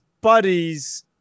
buddies